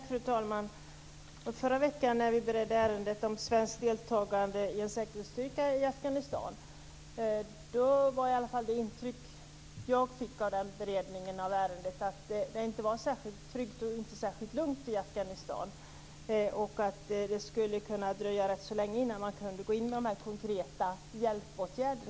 Fru talman! Förra veckan när vi beredde ärendet om svenskt deltagande i en säkerhetsstyrka i Afghanistan var i alla fall mitt intryck att det inte var särskilt tryggt och inte särskilt lugnt i Afghanistan och att det skulle kunna dröja rätt så länge innan man kunde vidta dessa konkreta hjälpåtgärder.